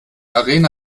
arena